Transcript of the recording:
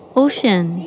ocean